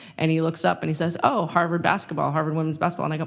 and he looks up and he says oh, harvard basketball, harvard women's basketball. and i go,